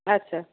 আচ্ছা